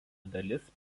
dalis